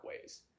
ways